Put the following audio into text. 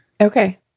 Okay